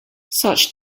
such